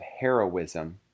heroism